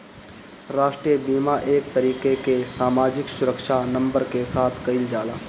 राष्ट्रीय बीमा एक तरीके कअ सामाजिक सुरक्षा नंबर के साथ कइल जाला